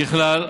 ככלל,